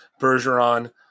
Bergeron